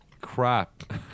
crap